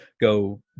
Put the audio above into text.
go